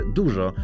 dużo